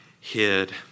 hid